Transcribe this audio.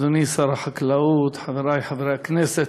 אדוני שר החקלאות, חברי חברי הכנסת,